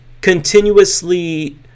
continuously